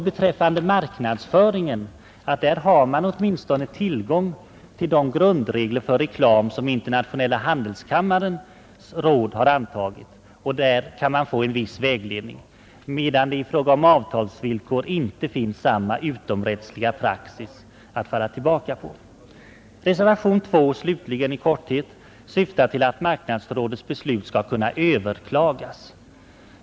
Beträffande marknadsföringen har man åtminstone tillgång till de grundregler för reklam som Internationella handelskammarens råd antagit, och av dessa kan man få en viss vägledning, medan det i fråga om avtalsvillkor inte finns samma utomrättsliga praxis att falla tillbaka på. Reservationen 2, i korthet sagt, syftar till att marknadsrådets beslut skall kunna överklagas.